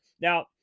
Now